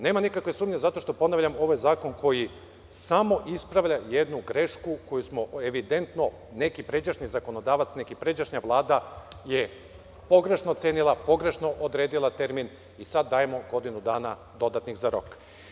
Nema nikakve sumnje zato što, ponavljam, ovaj zakon koji samo ispravlja jednu grešku koju smo evidentno neki pređašnji zakonodavac, neka pređašnja vlada je pogrešno cenila, pogrešno odredila termin i sad dajemo dodatnih godinu dana za rok.